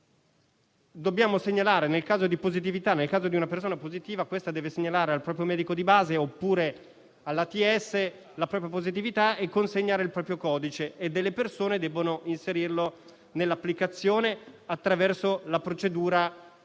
Questo avviene perché oggi una persona positiva deve segnalare al proprio medico di base oppure all'ATS la propria positività e consegnare il proprio codice e gli operatori devono inserirlo nell'applicazione attraverso la procedura